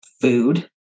food